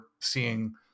seeing